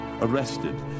arrested